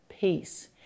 peace